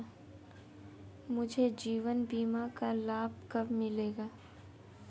मुझे जीवन बीमा का लाभ कब मिलेगा?